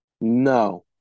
No